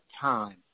time